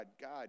God